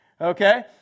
okay